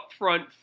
upfront